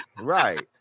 right